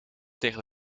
tegen